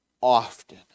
often